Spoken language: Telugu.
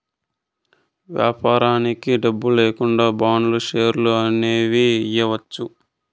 వ్యాపారానికి డబ్బు లేకుండా బాండ్లు, షేర్లు అనేవి ఇయ్యచ్చు